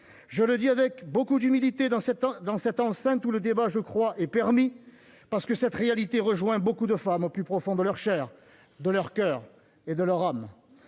Je le dis avec beaucoup d'humilité, dans cette enceinte où le débat- je crois -est permis, parce que cette réalité touche beaucoup de femmes au plus profond de leur chair, de leur coeur et de leur âme